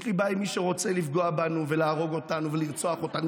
יש לי בעיה עם מי שרוצה לפגוע בנו ולהרוג אותנו ולרצוח אותנו.